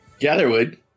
Gatherwood